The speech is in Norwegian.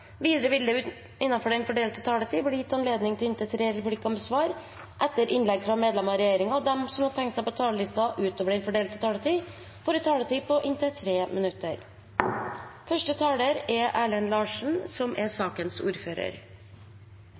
Videre vil det – innenfor den fordelte taletid – bli gitt anledning til inntil tre replikker med svar etter innlegg fra medlemmer av regjeringen, og de som måtte tegne seg på talerlisten utover den fordelte taletid, får også en taletid på inntil 3 minutter. Jeg vil holde et innlegg både som sakens ordfører